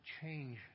change